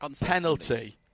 penalty